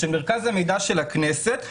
מרכז המידע של הכנסת,